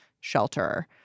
shelter